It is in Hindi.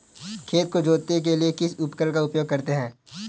खेत को जोतने के लिए किस उपकरण का उपयोग करते हैं?